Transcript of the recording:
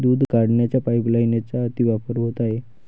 दूध काढण्याच्या पाइपलाइनचा अतिवापर होत आहे